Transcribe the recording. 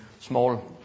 small